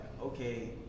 okay